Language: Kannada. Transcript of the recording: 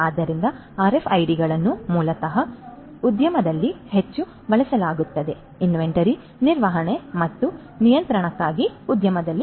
ಆದ್ದರಿಂದ ಆರ್ಎಫ್ಐಡಿಗಳನ್ನು ಮೂಲತಃ ಉದ್ಯಮದಲ್ಲಿ ಹೆಚ್ಚು ಬಳಸಲಾಗುತ್ತದೆ ಇನ್ವೆಂಟರಿ ನಿರ್ವಹಣೆ ಮತ್ತು ನಿಯಂತ್ರಣಕ್ಕಾಗಿ ಉದ್ಯಮದಲ್ಲಿ